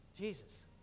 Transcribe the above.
Jesus